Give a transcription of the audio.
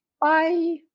bye